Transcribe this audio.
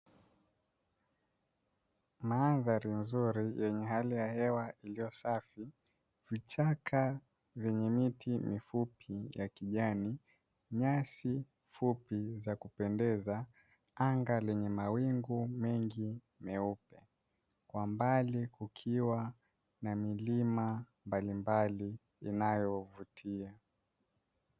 Mandhari nzuri yenye hali ya hewa iliyo safi, vichaka vyenye miti mifupi ya kijani, nyasi fupi za kupendeza, anga lenye mawingu mengi meupe, kwa mbali kukiwa na milima mbalimbali inayovutia.